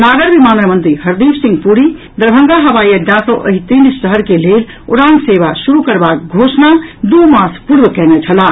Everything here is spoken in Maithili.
नागर विमानन मंत्री हरदीप सिंह पुरी दरभंगा हवाई अड्डा सँ एहि तीन शहर के लेल उड़ान सेवा शुरू करबाक घोषणा दूमास पूर्व कयने छलाह